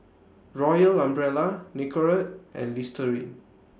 Royal Umbrella Nicorette and Listerine